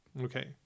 Okay